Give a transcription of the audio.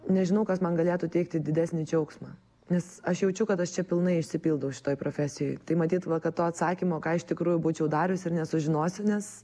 nežinau kas man galėtų teikti didesnį džiaugsmą nes aš jaučiu kad aš čia pilnai išsipildau šitoj profesijoj tai matyt va kad to atsakymo ką iš tikrųjų būčiau dariusi ir nesužinosiu nes